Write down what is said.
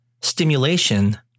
stimulation